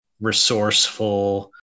resourceful